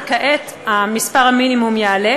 וכעת המינימום יגדל,